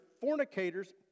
fornicators